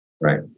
Right